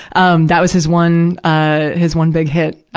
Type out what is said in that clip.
um that was his one, ah, his one big hit. ah